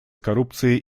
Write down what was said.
коррупцией